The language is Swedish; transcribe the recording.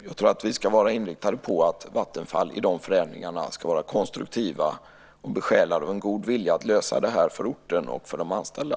Jag tror att vi ska vara inriktade på att Vattenfall i de förändringarna ska vara konstruktivt och besjälat av en god vilja att lösa det för orten och för de anställda.